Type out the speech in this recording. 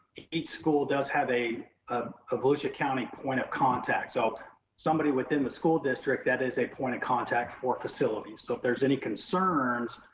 each school does have a ah a volusia county point of contact. so somebody within the school district that is a point of contact for facilities. so if there's any concerns,